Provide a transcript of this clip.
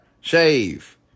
Shave